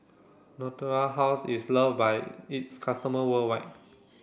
Natura House is loved by its customer worldwide